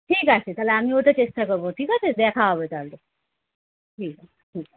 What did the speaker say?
ঠিক আছে তাহলে আমি ওইটা চেষ্টা করবো ঠিক আছে দেখা হবে তাহলে ঠিক আছে ঠিক আছে